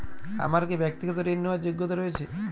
আমার কী ব্যাক্তিগত ঋণ নেওয়ার যোগ্যতা রয়েছে?